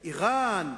אירן,